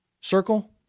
circle